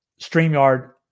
StreamYard